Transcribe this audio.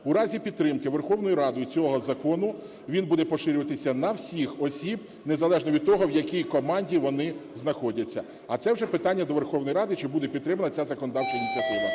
У разі підтримки Верховною Радою цього закону він буде поширюватися на всіх осіб, незалежно від того, в якій команді вони знаходяться. А це вже питання до Верховної Ради, чи буде підтримана ця законодавча ініціатива.